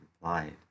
replied